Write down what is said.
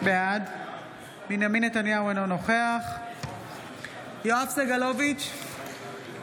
בעד בנימין נתניהו, אינו נוכח יואב סגלוביץ'